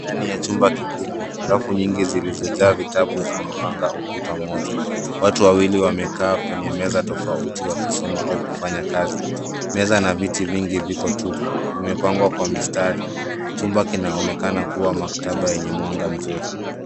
Ndani ya chumba kikubwa, rafu nyingi zilizojaa vitabu zimepanga ukuta mmoja. Watu wawili wamekaa kwenye meza tofauti wakisoma au kufanya kazi. Meza na viti vingi viko tupu, vimepangwa kwa mistari. Chumba kinaonekana kuwa maktaba yenye mwanga mzuri.